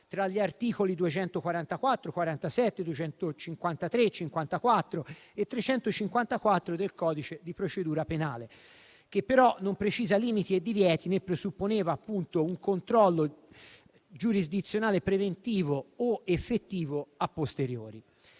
tra gli articoli 244, 247, 253, 254 e 354 del codice di procedura penale, che però non precisa limiti e divieti, né presupponeva un controllo giurisdizionale preventivo o effettivo *a posteriori*